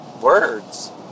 words